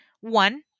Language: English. one